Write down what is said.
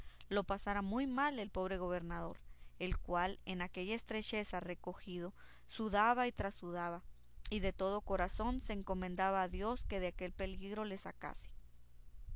lo pasara muy mal el pobre gobernador el cual en aquella estrecheza recogido sudaba y trasudaba y de todo corazón se encomendaba a dios que de aquel peligro le sacase